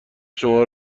شما